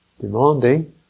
Demanding